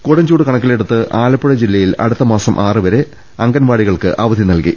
കൊടും ചൂട് കണക്കിലെടുത്ത് ആലപ്പുഴ ജില്ലയിൽ അടുത്ത മാസം ആറ് വരെ അങ്കൻവാടികൾക്ക് അവധി നൽകി